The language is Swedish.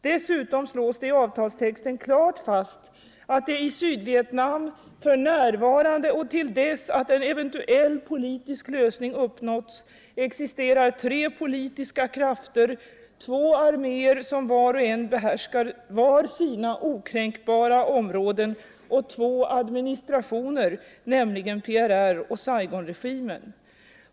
Dessutom slås det i avtalstexten klart fast att det i Sydvietnam för närvarande och till dess att en eventuell politisk lösning uppnåtts existerar tre politiska krafter, två arméer, som var och en behärskar varsina okränkbara områden och två administrationer, nämligen PRR och Saigonregimen.